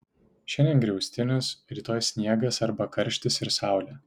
šiandien griaustinis rytoj sniegas arba karštis ir saulė